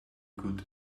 good